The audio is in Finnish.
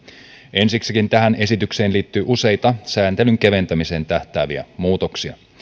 ensiksikin tähän esitykseen liittyy useita sääntelyn keventämiseen tähtääviä muutoksia